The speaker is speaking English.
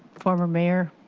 former mayor.